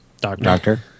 Doctor